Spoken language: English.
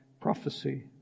prophecy